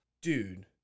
Dude